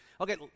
Okay